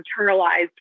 internalized